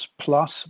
plus